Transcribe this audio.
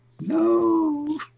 no